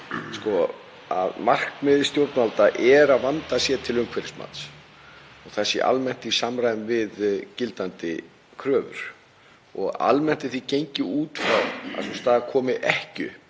að markmið stjórnvalda er að vandað sé til umhverfismats, það sé almennt í samræmi við gildandi kröfur. Almennt er því gengið út frá að sú staða komi ekki upp